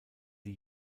die